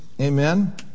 Amen